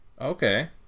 Okay